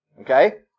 Okay